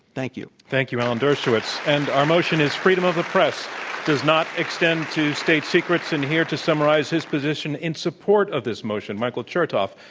thank you. thank you, alan dershowitz. and our motion is freedom of the press does not extend to state secrets, and here to summarize his position in support of this motion, michael chertoff,